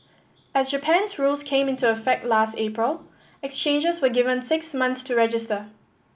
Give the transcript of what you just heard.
as Japan's rules came into effect last April exchanges were given six months to register